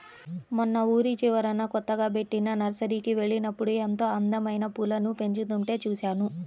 మొన్న ఊరి చివరన కొత్తగా బెట్టిన నర్సరీకి వెళ్ళినప్పుడు ఎంతో అందమైన పూలను పెంచుతుంటే చూశాను